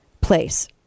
place